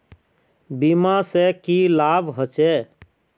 बीमा से की लाभ होचे?